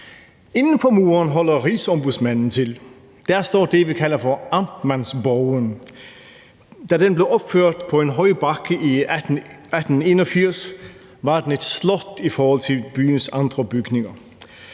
Inden for muren holder Rigsombudsmanden til. Der står det, vi kalder for amtmandsborgen. Da den blev opført på en høj bakke i 1881, var den et slot i forhold til byens andre bygninger.